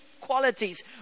qualities